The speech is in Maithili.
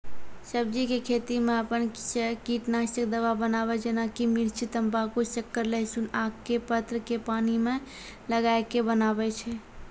सब्जी के खेती मे अपन से कीटनासक दवा बनाबे जेना कि मिर्च तम्बाकू शक्कर लहसुन आक के पत्र के पानी मे गलाय के बनाबै छै?